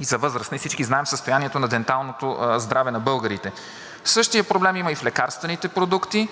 и за възрастни. Всички знаем състоянието на денталното здраве на българите. Същият проблем има и в лекарствените продукти.